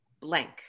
blank